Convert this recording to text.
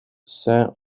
saint